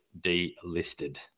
delisted